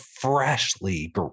freshly